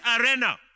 arena